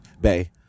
Bay